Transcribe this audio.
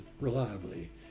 reliably